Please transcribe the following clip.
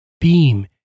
Beam